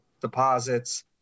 deposits